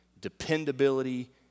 Dependability